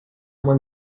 uma